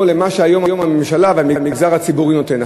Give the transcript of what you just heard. למה שהיום הממשלה והמגזר הציבורי נותנים.